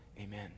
Amen